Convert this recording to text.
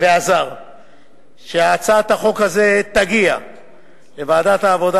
ועזר שהצעת החוק הזאת תגיע לוועדת העבודה